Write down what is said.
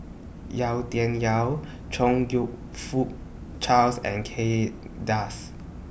Yau Tian Yau Chong YOU Fook Charles and Kay Das